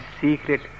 secret